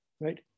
right